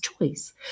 choice